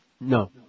No